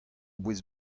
bouez